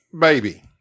baby